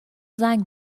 زنگ